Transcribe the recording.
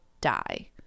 die